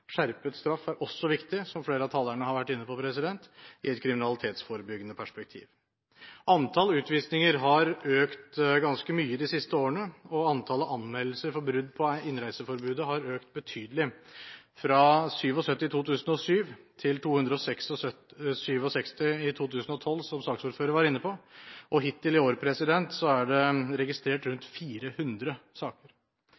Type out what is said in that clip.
Skjerpet straff er også viktig – som flere av talerne har vært inne på – i et kriminalitetsforebyggende perspektiv. Antall utvisninger har økt ganske mye de siste årene. Antallet anmeldelser for brudd på innreiseforbudet har økt betydelig, fra 77 i 2007 til 267 i 2012 – som saksordføreren var inne på. Hittil i år er det registrert